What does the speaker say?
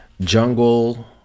jungle